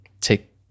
take